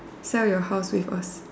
sell your house with us